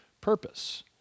purpose